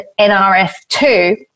NRF2